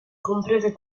comprese